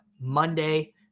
Monday